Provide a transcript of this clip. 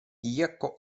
jako